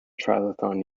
triathlon